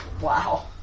Wow